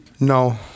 No